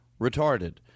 retarded